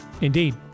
Indeed